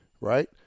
right